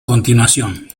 continuación